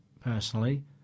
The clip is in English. personally